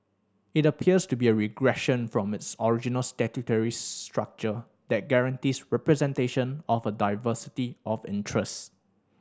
it appears to be a regression from its original statutory structure that guarantees representation of a diversity of interest